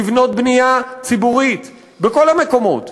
לבנות בנייה ציבורית בכל המקומות,